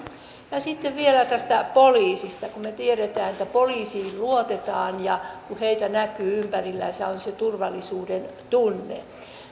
käyntiin sitten vielä poliisista kun me tiedämme että poliisiin luotetaan ja kun heitä näkyy ympärillä on se turvallisuudentunne